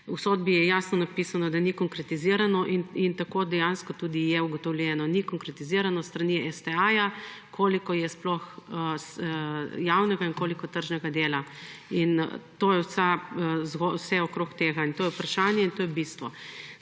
V sodbi je jasno napisano, da ni konkretizirano in tako dejansko tudi je ugotovljeno. Ni konkretizirano s strani STA koliko je sploh javnega in koliko tržnega dela in to je vse okoli tega. To je vprašanje in to je bistvo.